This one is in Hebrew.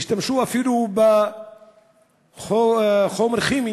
השתמשו אפילו בחומר כימי